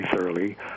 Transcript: thoroughly